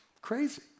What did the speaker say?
crazy